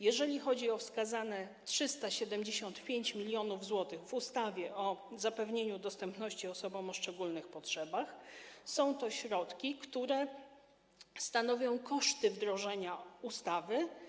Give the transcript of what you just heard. Jeżeli chodzi o 375 mln zł wskazane w ustawie o zapewnieniu dostępności osobom o szczególnych potrzebach, są to środki, które stanowią koszty wdrożenia ustawy.